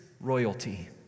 royalty